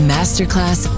Masterclass